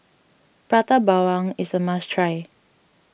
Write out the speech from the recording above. Prata Bawang is a must try